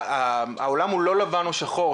העולם הוא לא לבן או שחור,